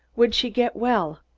would she get well?